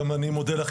גם אני מודה לך,